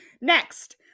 Next